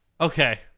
Okay